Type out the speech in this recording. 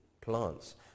plants